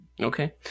Okay